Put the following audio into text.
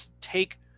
take